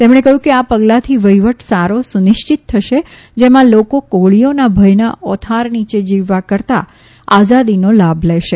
તેમણે કહયું કે આ પગલાથી વહીવટ સારો સુનિશ્ચિત થશે જેમાં લોકો ગોળીઓના ભયના આથાર નીચે જીવવા કરતાં આઝાદીનો લાભ લેશે